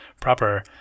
proper